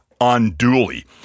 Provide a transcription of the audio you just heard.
unduly